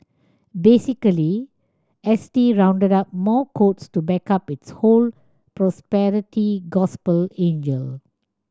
basically S T rounded up more quotes to back up its whole prosperity gospel angle